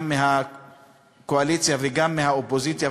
גם מהקואליציה וגם מהאופוזיציה,